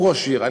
הוא ראש עיר.